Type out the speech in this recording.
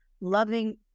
loving